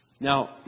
Now